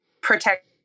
protect